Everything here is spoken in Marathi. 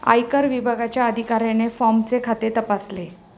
आयकर विभागाच्या अधिकाऱ्याने फॉर्मचे खाते तपासले